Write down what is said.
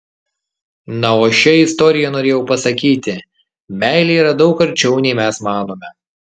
na o šia istorija norėjau pasakyti meilė yra daug arčiau nei mes manome